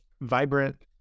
vibrant